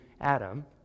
Adam